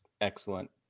excellent